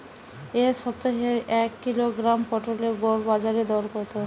এ সপ্তাহের এক কিলোগ্রাম পটলের গড় বাজারে দর কত?